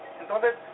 Entonces